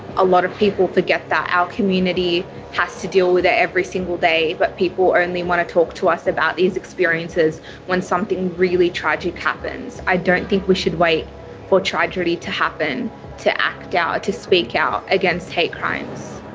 a lot of people forget that our community has to deal with it every single day. but people only want to talk to us about these experiences when something really tragic happens. i don't think we should wait for tragedy to happen to act out, to speak out against hate crimes.